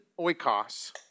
oikos